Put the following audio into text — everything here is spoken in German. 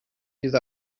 diese